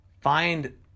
find